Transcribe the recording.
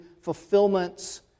fulfillments